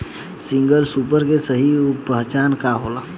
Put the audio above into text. Single super के सही पहचान का होला?